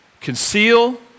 Conceal